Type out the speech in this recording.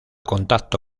contacto